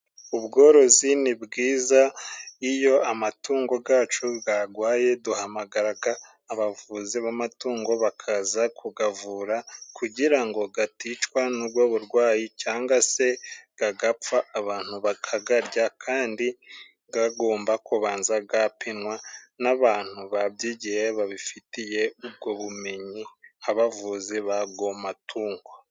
Ubworozi ni bwiza iyo amatungo yacu yarwaye duhamagaraga abavuzi b'amatungo bakaza kuyavura, kugira ngo aticwa n'ubwo burwayi, cyangwa se agapfa abantu bakayarya. Kandi agomba kubanza yapimwa n'abantu babyigiye, babifitiye ubwo bumenyi, nk'abavuzi b'ayo matungo.